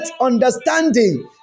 understanding